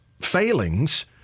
failings